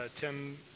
Tim